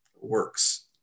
works